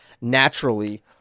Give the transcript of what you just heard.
naturally